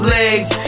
legs